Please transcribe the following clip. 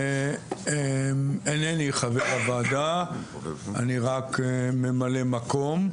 אינני חבר הוועדה, אני רק ממלא מקום,